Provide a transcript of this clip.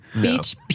Beach